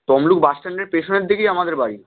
Tamluk bus স্ট্যান্ডের পেছনের দিকেই আমাদের বাড়ি